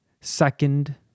second